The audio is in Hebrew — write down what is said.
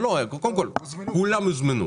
כולם הוזמנו.